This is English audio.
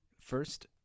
first